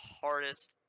hardest